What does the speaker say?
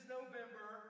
November